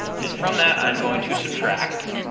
and from that i'm going to subtract,